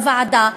בוועדה?